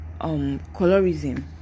colorism